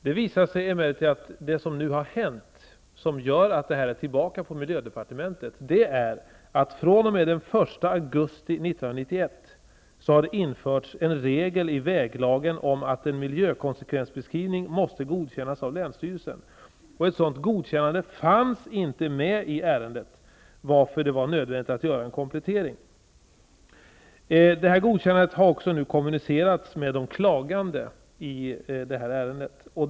Det som nu har hänt och som gör att denna fråga har kommit tillbaka till miljödepartementet är att det den 1 augusti 1991 har införts en regel i väglagen om att en miljökonsekvensbeskrivning måste godkännas av länsstyrelsen. Ett sådant godkännande fanns inte i ärendet, varför det var nödvändigt att göra en komplettering. Det här godkännandet har nu också kommunicerats till de klagande i ärendet.